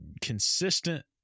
consistent